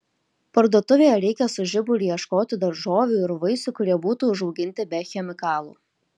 parduotuvėje reikia su žiburiu ieškoti daržovių ir vaisių kurie būtų užauginti be chemikalų